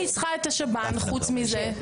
למה אני צריכה את השב"ן חוץ מזה?